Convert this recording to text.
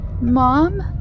Mom